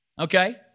Okay